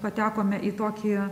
patekome į tokį